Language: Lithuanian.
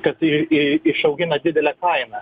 kad ir ir išaugina didelę kainą